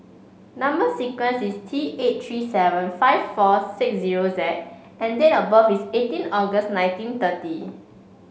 number sequence is T eight three seven five four six zero Z and date of birth is eighteen August nineteen thirty